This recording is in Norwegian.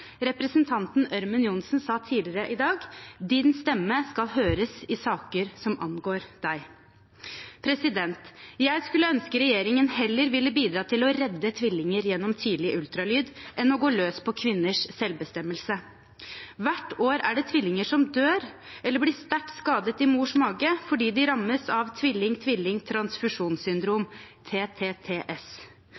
Representanten Ørmen Johnsen sa tidligere i dag at «din stemme skal høres i saker som berører deg». Jeg skulle ønske regjeringen heller ville bidra til å redde tvillinger gjennom tidlig ultralyd enn å gå løs på kvinners selvbestemmelse. Hvert år er det tvillinger som dør eller blir sterkt skadet i mors mage fordi de rammes av